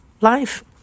Life